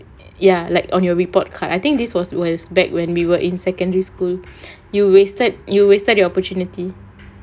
ya like on your report card I think this was was back when we were in secondary school you wasted you wasted your opportunity